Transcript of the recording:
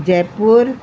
Jaipur